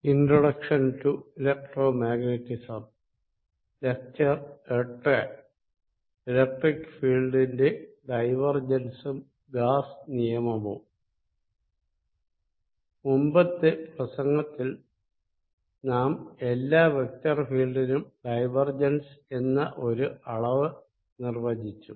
electric ഫീൽഡിന്റെ ഡൈവർജൻസും Gauss നിയമവും മുൻപത്തെ ലെക്ച്ചറിൽ നാം എല്ലാ വെക്ടർ ഫീൽഡിനും ഡൈവർജൻസ് എന്ന ഒരു അളവ് നിർവചിച്ചു